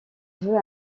veut